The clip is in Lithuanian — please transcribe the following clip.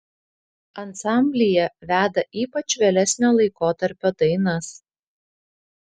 ansamblyje veda ypač vėlesnio laikotarpio dainas